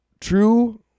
true